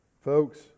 Folks